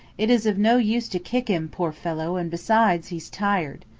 it is of no use to kick him, poor fellow, and, besides, he's tired.